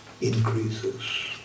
Increases